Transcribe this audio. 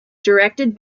directed